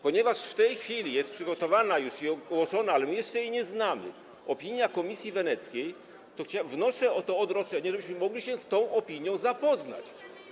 Ponieważ w tej chwili jest przygotowana i już ogłoszona, ale my jeszcze jej nie znamy, opinia Komisji Weneckiej, wnoszę o to odroczenie, żebyśmy mogli się z tą opinią zapoznać.